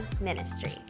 Ministry